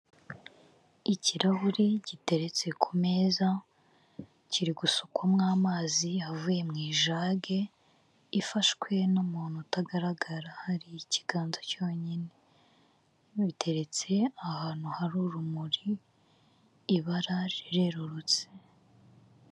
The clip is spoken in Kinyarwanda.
Ikirahuri giteretse ku meza, kiri gusukwamo amazi avuye mu ijage ifashwe n'umuntu utagaragara, hari ikiganza cyonyine. Biteretse ahantu hari urumuri, ibara rirerurutse.